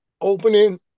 opening